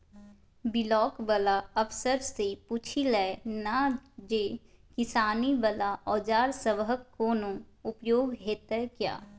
Block बला अफसरसँ पुछि लए ना जे किसानी बला औजार सबहक कोना उपयोग हेतै?